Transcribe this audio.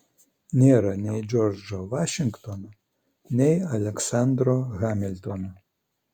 nėra nei džordžo vašingtono nei aleksandro hamiltono